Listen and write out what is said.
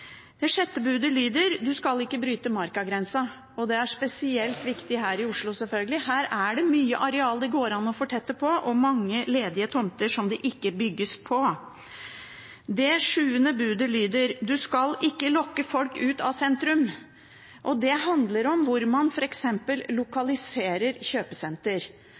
lyder: Du skal ikke bryte markagrensen. Det er spesielt viktig her i Oslo, selvfølgelig – her er det mye areal som det går an å fortette, og mange ledige tomter som det ikke bygges på. Det sjuende budet lyder: Du skal ikke lokke folk ut av sentrum. Det handler f.eks. om hvor man lokaliserer